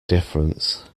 difference